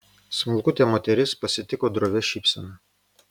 smulkutė moteris pasitiko drovia šypsena